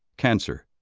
cancer,